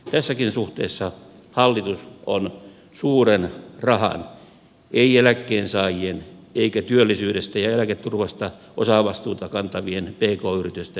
tässäkin suhteessa hallitus on suuren rahan ei eläkkeensaajien eikä työllisyydestä ja eläketurvasta osavastuuta kantavien pk yritysten asialla